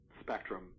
spectrum